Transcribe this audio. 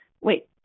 wait